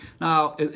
now